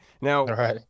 Now